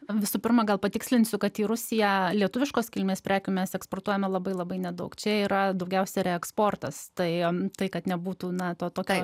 visų pirma gal patikslinsiu kad į rusiją lietuviškos kilmės prekių mes eksportuojame labai labai nedaug čia yra daugiausiai reeksportas tai joms tai kad nebūtų nato tai